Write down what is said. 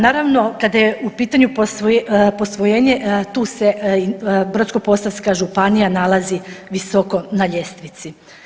Naravno kada je u pitanju posvojenje tu se Brodsko-posavska županija nalazi visoko na ljestvici.